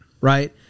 Right